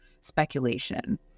speculation